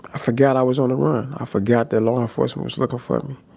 ah forgot i was on the run. i forgot that law enforcement was looking for me.